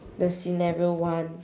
the scenario one